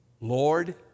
Lord